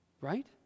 right